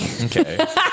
Okay